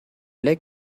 like